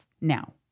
now